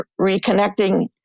reconnecting